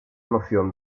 noción